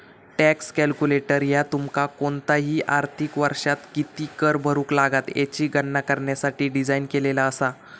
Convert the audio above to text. tax calculator ह्या तुमका कोणताही आर्थिक वर्षात किती कर भरुक लागात याची गणना करण्यासाठी डिझाइन केलेला असा